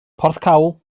porthcawl